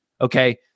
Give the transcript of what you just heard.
Okay